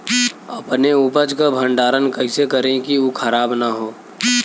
अपने उपज क भंडारन कइसे करीं कि उ खराब न हो?